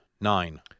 nine